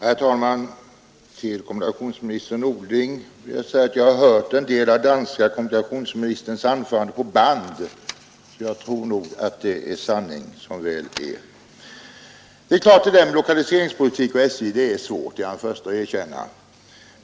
Herr talman! Till kommunikationsminister Norling vill jag säga att jag har hört en del av den danske kommunikationsministerns anförande på band, så jag tror nog att det är sanning, som väl är. Det är klart att avvägningen mellan lokaliseringspolitiken och SJ är ett svårt problem det är jag den förste att erkänna.